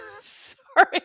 sorry